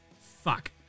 fuck